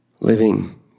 Living